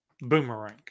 boomerang